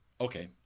Okay